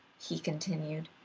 he continued,